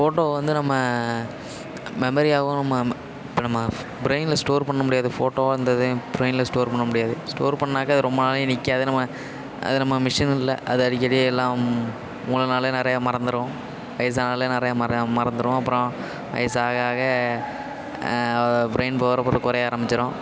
photo வந்து நம்ம மெமரியாகவும் நம்ம இப்போ நம்ம ப்ரைனில் ஸ்டோர் பண்ண முடியாது ஃபோட்டோ அந்த இதையும் ப்ரையினில் ஸ்டோர் பண்ண முடியாது ஸ்டோர் பண்ணிணாக்கா அது ரொம்ப நாளைக்கு நிற்காது நம்ம அது நம்ம மிஷின் இல்லை அது அடிக்கடி எல்லாம் மூளைனாலே நிறையா மறந்துடும் வயசானாலே நிறைய மற மறந்துடும் அப்புறம் வயது ஆக ஆக ப்ரைன் பவர் கூட குறைய ஆரம்பிச்சிடும்